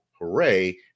Hooray